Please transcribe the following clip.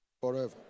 forever